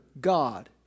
God